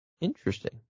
Interesting